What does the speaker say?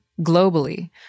globally